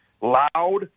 loud